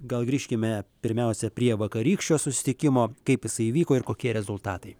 gal grįžkime pirmiausia prie vakarykščio susitikimo kaip jisai įvyko ir kokie rezultatai